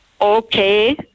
Okay